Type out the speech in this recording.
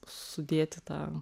sudėti tą